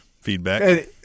feedback